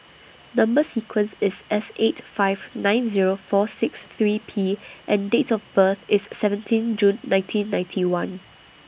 Number sequence IS S eight five nine Zero four six three P and Date of birth IS seventeen June nineteen ninety one